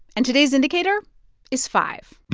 and today's indicator is five